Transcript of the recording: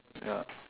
ya